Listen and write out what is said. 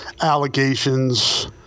allegations